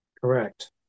Correct